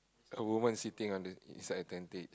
a woman sitting inside a